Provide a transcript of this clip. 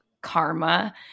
karma